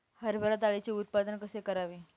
हरभरा डाळीचे उत्पादन कसे करावे?